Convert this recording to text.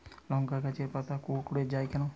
লংকা গাছের পাতা কুকড়ে যায় কেনো?